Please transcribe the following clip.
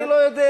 אני לא יודע,